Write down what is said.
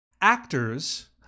Actors